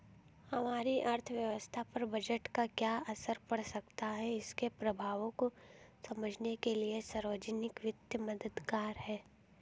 हमारी अर्थव्यवस्था पर बजट का क्या असर पड़ सकता है इसके प्रभावों को समझने के लिए सार्वजिक वित्त मददगार है